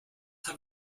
have